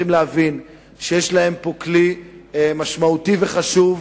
צריכים להבין שיש להם פה כלי משמעותי וחשוב,